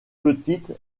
petite